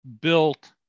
built